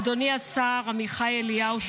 אדוני השר עמיחי אליהו,